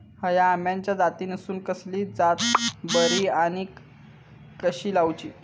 हया आम्याच्या जातीनिसून कसली जात बरी आनी कशी लाऊची?